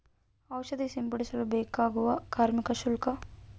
ಔಷಧಿ ಸಿಂಪಡಿಸಲು ಬೇಕಾಗುವ ಕಾರ್ಮಿಕ ಶುಲ್ಕ?